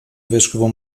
vescovo